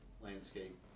landscape